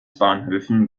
bahnhöfen